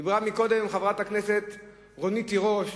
אמרה קודם חברת הכנסת רונית תירוש,